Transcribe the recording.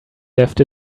left